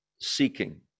seeking